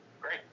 Great